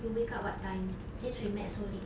you wake up what time since we met so late